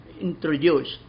introduced